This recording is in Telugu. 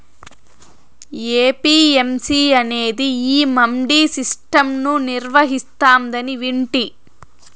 ఏ.పీ.ఎం.సీ అనేది ఈ మండీ సిస్టం ను నిర్వహిస్తాందని వింటి